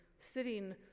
sitting